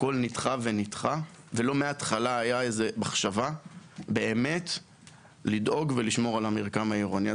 הכול נדחה ונדחה ולא הייתה מחשבה מהתחלה לדאוג ולשמור על המרקם העירוני.